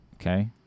Okay